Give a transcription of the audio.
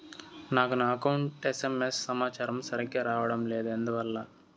నాకు నా account SMS సమాచారము సరిగ్గా రావడం లేదు ఎందువల్ల?